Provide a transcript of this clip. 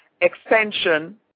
Extension